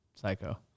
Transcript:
psycho